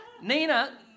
Nina